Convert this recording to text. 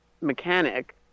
mechanic